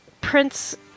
Prince